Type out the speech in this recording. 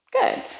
Good